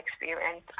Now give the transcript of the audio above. experience